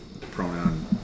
pronoun